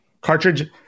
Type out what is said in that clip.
cartridge